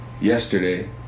yesterday